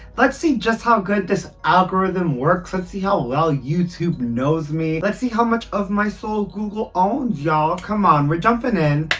let's see just how good this algorithm works, let's see how well youtube knows me. let's see how much of my soul google owns y'all! come on we're jumping in,